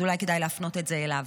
אז אולי כדאי להפנות את זה אליו,